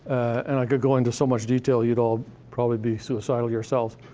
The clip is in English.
and i could go into so much detail you'd all probably be suicidal yourselves.